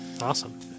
awesome